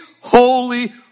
holy